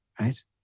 right